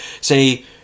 Say